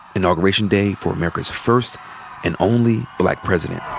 inauguration day for america's first and only black president.